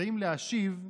יודעים להשיב.